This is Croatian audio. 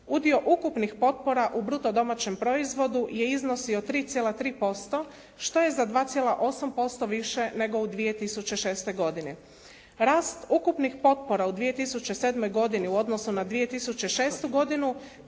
Udio ukupnih potpora u bruto domaćem proizvodu je iznosio 3,3% što je za 2,8% više nego u 2006. godini. Rast ukupnih potpora u 2007. godini u odnosu na 2006. godinu